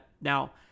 Now